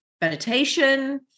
meditation